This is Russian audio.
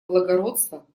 благородства